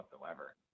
whatsoever